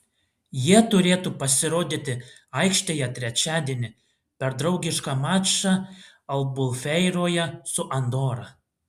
jie turėtų pasirodyti aikštėje trečiadienį per draugišką mačą albufeiroje su andora